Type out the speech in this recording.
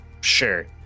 sure